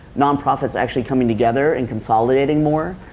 non-profits actually coming together and consolidating more